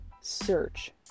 search